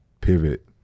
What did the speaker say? pivot